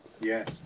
Yes